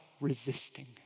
resisting